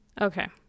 Okay